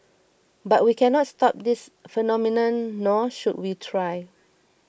but we cannot stop this phenomenon nor should we try